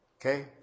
Okay